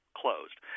closed